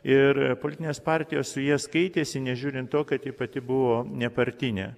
ir politinės partijos su ja skaitėsi nežiūrint to kad ji pati buvo nepartinė